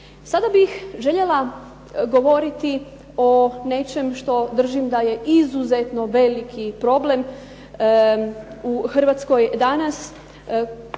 Sada bih željela govoriti o nečem što držim da je izuzetno veliki problem u Hrvatskoj danas,